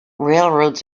railroads